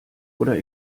oder